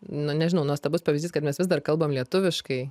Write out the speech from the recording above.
nu nežinau nuostabus pavyzdys kad mes vis dar kalbam lietuviškai